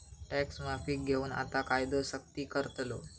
tax माफीक घेऊन आता कायदो सख्ती करतलो